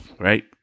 Right